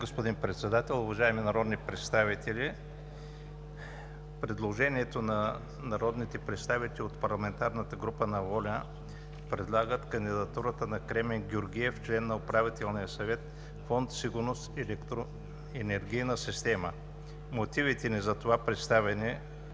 господин Председател, уважаеми народни представители! Предложението на народните представители от парламентарната група на ВОЛЯ – предлагат кандидатурата на Кремен Георгиев, член на Управителния съвет на Фонд „Сигурност електроенергийна система“. Мотивите ни за това представяне